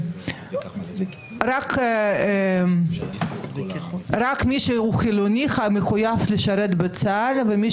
שרק מי שהוא חילוני מחויב לשרת בצה"ל ומי